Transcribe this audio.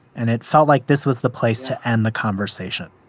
and it felt like this was the place to end the conversation